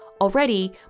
Already